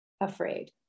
afraid